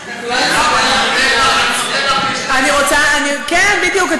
אני אתן לך, כן, בדיוק.